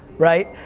right.